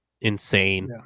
insane